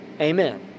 Amen